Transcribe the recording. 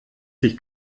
sich